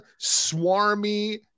swarmy